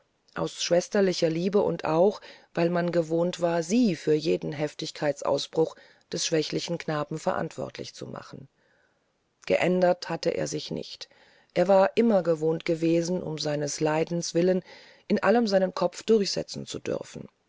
aus schwesterlicher liebe und auch weil man gewohnt war sie für jeden heftigkeitsausbruch des schwächlichen knaben verantwortlich zu machen geändert hatte er sich nicht er war immer gewohnt gewesen um seines leidens willen in allem seinen kopf durchsetzen zu dürfen